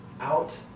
out